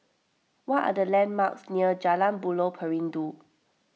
what are the landmarks near Jalan Buloh Perindu